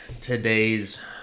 today's